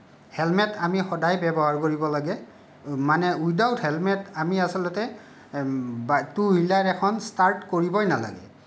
helmet আমি সদায় ব্যৱহাৰ কৰিব লাগে মানে উইডাউট হেলমেট আমি আচলতে বাইক টু হুইলাৰ এখন ষ্টাৰ্ট কৰিবই নালাগে